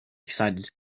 excited